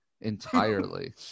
entirely